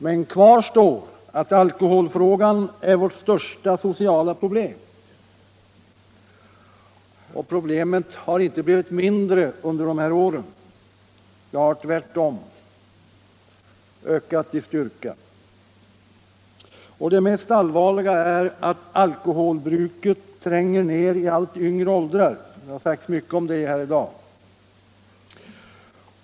Men kvar står att alkoholfrågan är vårt största sociala problem. Och problemet har inte blivit mindre under dessa år. Det har tvärtom ökat i styrka. Och det mest allvarliga är att alkoholbruket tränger ned i allt yngre åldrar.